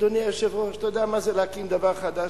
אדוני היושב-ראש.